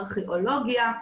ארכאולוגיה,